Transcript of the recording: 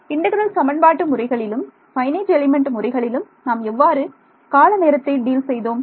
integral சமன்பாடு முறைகளிலும் finite element முறைகளிலும் நாம் எவ்வாறு கால நேரத்தை டீல் செய்தோம்